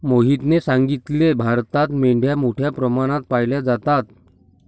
मोहितने सांगितले, भारतात मेंढ्या मोठ्या प्रमाणात पाळल्या जातात